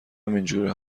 همینجوره